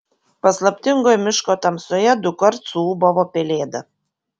paslaptingoje miško tamsoje dukart suūbavo pelėda